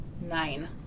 nine